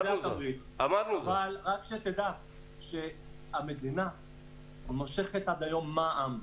רק שתדע שהמדינה מושכת עד היום מע"מ,